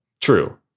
True